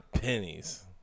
Pennies